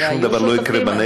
ששום דבר לא יקרה בנגב,